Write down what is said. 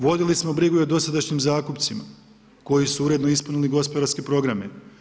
Vodili smo brigu i o dosadašnjim zakupcima, koji su uredno ispunili gospodarski programe.